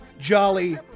jolly